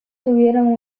tuvieron